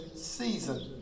season